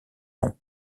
nom